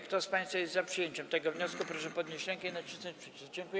Kto z państwa jest za przyjęciem tego wniosku, proszę podnieść rękę i nacisnąć przycisk.